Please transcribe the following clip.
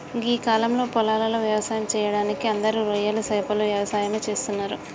గీ కాలంలో పొలాలలో వ్యవసాయం సెయ్యడానికి అందరూ రొయ్యలు సేపల యవసాయమే చేస్తున్నరు